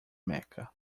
meca